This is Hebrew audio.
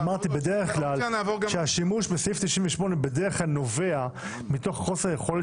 אמרתי בדרך כלל השימוש בסעיף 98 נובע מתוך חוסר יכולת